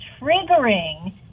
triggering